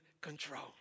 control